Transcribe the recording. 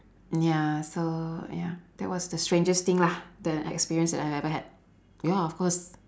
ya so ya that was the strangest thing lah the experience that I ever had ya of course